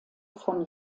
von